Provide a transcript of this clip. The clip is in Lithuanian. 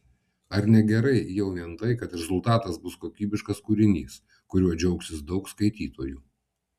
ar ne gerai jau vien tai kad rezultatas bus kokybiškas kūrinys kuriuo džiaugsis daug skaitytojų